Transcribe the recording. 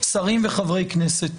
שרים וחברי כנסת.